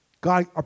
God